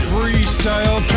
Freestyle